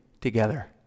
together